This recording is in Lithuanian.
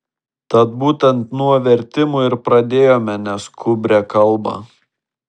tad būtent nuo vertimų ir pradėjome neskubrią kalbą